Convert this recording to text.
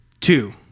Two